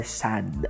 sad